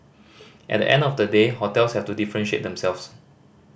at the end of the day hotels have to differentiate themselves